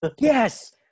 yes